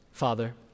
Father